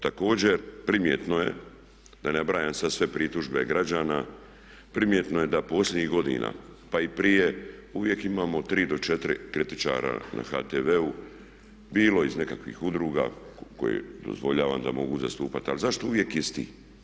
Također, primjetno je da ne nabrajam sad sve pritužbe građana, primjetno je da posljednjih godina pa i prije uvijek imamo tri do četiri kritičara na HTV-u bilo iz nekakvih udruga koje dozvoljavam da mogu zastupati ali zašto uvijek isti?